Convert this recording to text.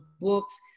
books